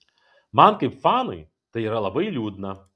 man kaip fanui tai yra labai liūdna